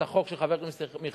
יש את החוק של חבר הכנסת מיכאלי,